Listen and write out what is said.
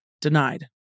denied